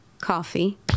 Coffee